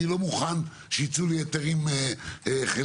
אני לא מוכן שייצאו לי היתרים חלקיים,